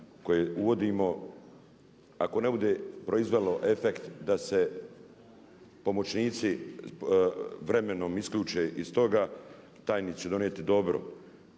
koje uvodimo, ako ne bude proizvelo efekt da se pomoćnici vremenom isključe iz toga tajnici će donijeti dobro.